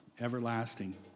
everlasting